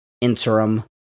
interim